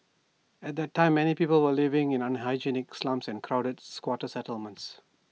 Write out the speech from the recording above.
at that time many people were living in unhygienic slums and crowded squatter settlements